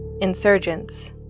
insurgents